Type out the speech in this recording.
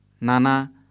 Nana